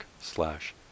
slash